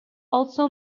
also